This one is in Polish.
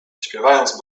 śpiewając